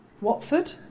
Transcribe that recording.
Watford